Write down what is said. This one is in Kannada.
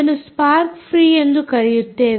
ಇದನ್ನು ಸ್ಪಾರ್ಕ್ ಫ್ರೀ ಎಂದು ಕರೆಯುತ್ತಾರೆ